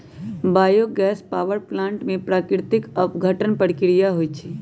bio gas power plant में प्राकृतिक अपघटन प्रक्रिया होइ छइ